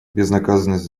безнаказанность